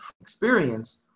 experience